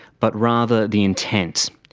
but rather the intent,